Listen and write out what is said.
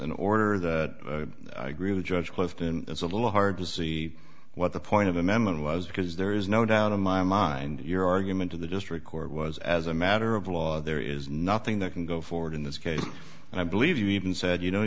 in order that i agree with judge clifton it's a little hard to see what the point of amendment was because there is no doubt in my mind your argument to the district court was as a matter of law there is nothing that can go forward in this case and i believe you even said you